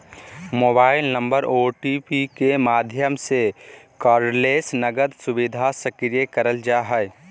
mobile number OTP के माध्यम से कार्डलेस नकद सुविधा सक्रिय करल जा हय